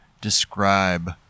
describe